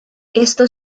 esto